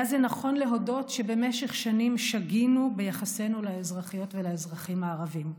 היה זה נכון להודות שבמשך שנים שגינו ביחסינו לאזרחיות ולאזרחים הערבים,